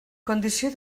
condició